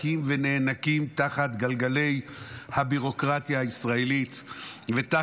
ונאנקים תחת גלגלי הביורוקרטיה הישראלית ותחת